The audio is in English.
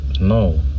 No